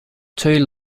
two